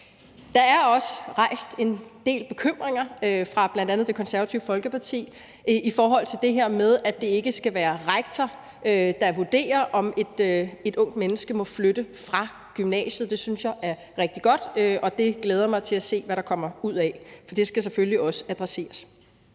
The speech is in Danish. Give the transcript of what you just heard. Der er også rejst en del bekymringer, bl.a. af Det Konservative Folkeparti, i forhold til det her med, at det ikke skal være rektor, der vurderer, om et ungt menneske må flytte fra gymnasiet. Det synes jeg er rigtig godt at se på, og det glæder jeg mig til at se hvad der kommer ud af, for det skal selvfølgelig også adresseres.